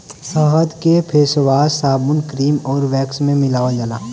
शहद के फेसवाश, साबुन, क्रीम आउर वैक्स में मिलावल जाला